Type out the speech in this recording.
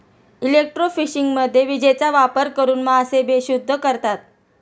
इलेक्ट्रोफिशिंगमध्ये विजेचा वापर करून मासे बेशुद्ध होतात